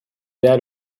dad